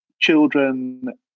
children